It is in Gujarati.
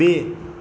બે